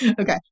Okay